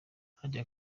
harry